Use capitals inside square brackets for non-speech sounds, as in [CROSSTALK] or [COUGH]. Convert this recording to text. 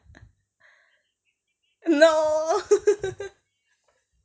no [LAUGHS]